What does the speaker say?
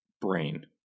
brain